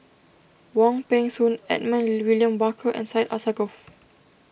Wong Peng Soon Edmund William Barker and Syed Alsagoff